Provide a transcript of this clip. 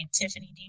tiffany